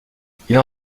enseigne